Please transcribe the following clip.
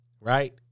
right